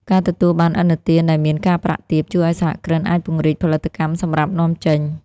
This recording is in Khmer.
ការទទួលបានឥណទានដែលមានការប្រាក់ទាប ជួយឱ្យសហគ្រិនអាចពង្រីកផលិតកម្មសម្រាប់នាំចេញ។